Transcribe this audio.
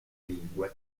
lingue